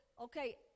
Okay